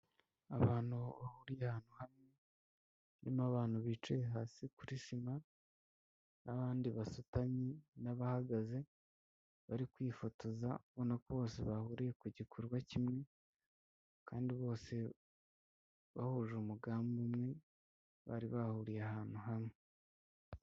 Abantu bahuriye ahantu hamwe harimo abantu bicaye hasi kuri sima, n'abandi basutamye n'abahagaze bari kwifotoza ubona ko bose bahuriye ku gikorwa kimwe, kandi bose bahuje umugambi umwe bari bahuriye ahantu hamwe.